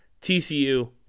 TCU